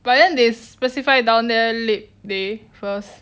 but then they specify down there lip day first